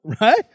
right